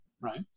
right